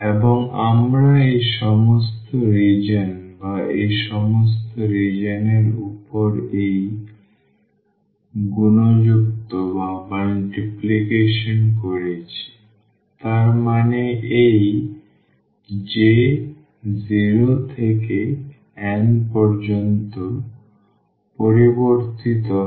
এবং আমরা এই সমস্ত রিজিওন বা এই সমস্ত রিজিওন এর উপর এই গুণযুক্ত করছি তার মানে এই j 0 থেকে n পর্যন্ত পরিবর্তিত হয়